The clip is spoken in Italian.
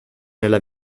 nella